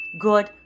good